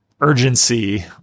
urgency